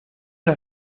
una